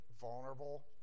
vulnerable